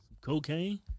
cocaine